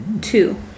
Two